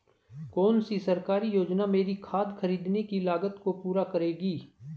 कौन सी सरकारी योजना मेरी खाद खरीदने की लागत को पूरा करेगी?